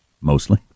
mostly